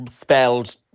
spelled